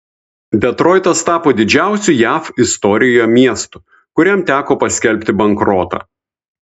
detroitas tapo didžiausiu jav istorijoje miestu kuriam teko paskelbti bankrotą